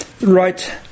right